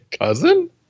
Cousin